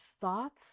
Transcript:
thoughts